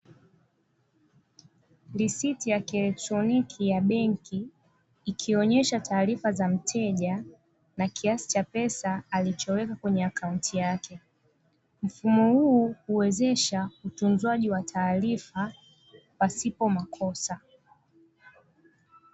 Risiti ya kielektoniki ya benki ikionyesha taarifa za mteja na kiasi cha pesa alichoweka kwenye akaunti yake, mfumo huu huwezesha utunzwaji wa taarifa pasipo makosa.